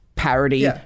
parody